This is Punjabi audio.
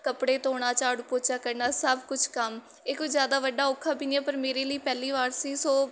ਕੱਪੜੇ ਧੋਣਾ ਝਾੜੂ ਪੋਚਾ ਕਰਨਾ ਸਭ ਕੁਛ ਕੰਮ ਇਹ ਕੋਈ ਜ਼ਿਆਦਾ ਵੱਡਾ ਔਖਾ ਵੀ ਨਹੀਂ ਹੈ ਪਰ ਮੇਰੇ ਲਈ ਪਹਿਲੀ ਵਾਰ ਸੀ ਸੋ